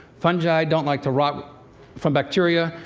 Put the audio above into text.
fungi don't like to rot from bacteria,